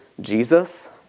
Jesus